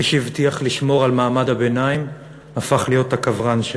מי שהבטיח לשמור על מעמד הביניים הפך להיות הקברן שלו.